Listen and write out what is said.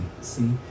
see